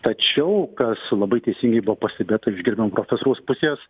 tačiau kas labai teisingai buvo pastebėta iš gerbiamo profesoriaus pusės